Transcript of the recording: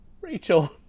Rachel